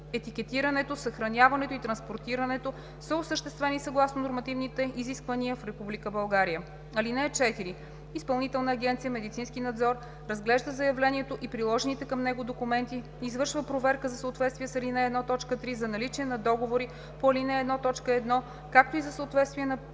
етикетирането, съхраняването и транспортирането са осъществени съгласно нормативните изисквания в Република България. (4) Изпълнителна агенция „Медицински надзор“ разглежда заявлението и приложените към него документи и извършва проверка за съответствие с ал. 1, т. 3 за наличие на договори по ал. 1, т. 1, както и за съответствие на